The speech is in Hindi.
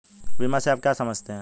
बीमा से आप क्या समझते हैं?